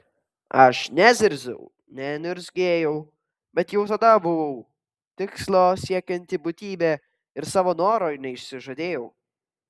aš nezirziau neniurzgėjau bet jau tada buvau tikslo siekianti būtybė ir savo noro neišsižadėjau